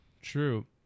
True